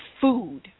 food